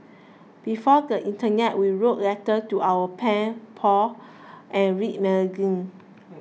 before the internet we wrote letters to our pen pals and read magazines